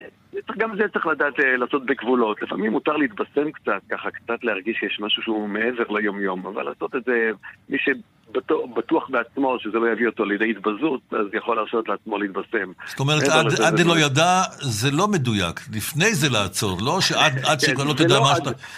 גם זה צריך לדעת לעשות בגבולות, לפעמים מותר להתבשם קצת ככה, קצת להרגיש שיש משהו שהוא מעבר ליומיום, אבל לעשות את זה, מי שבטוח בעצמו שזה לא יביא אותו לידי התבזות, אז יכול להרשות לעצמו להתבשם. זאת אומרת, עד דלא ידע, זה לא מדויק, לפני זה לעצור, לא עד שכלל לא תדע מה...